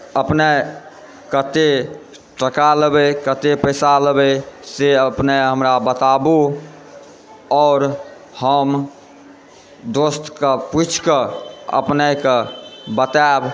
अपने कतेक टाका लेबै कतेक पैसा लेबै से अपने हमरा बताबु आओर हम दोस्तकेँ पुछिकऽ अपनेकेँ बताएब